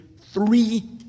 three